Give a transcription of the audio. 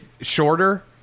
shorter